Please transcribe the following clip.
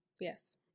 Yes